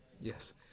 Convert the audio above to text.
yes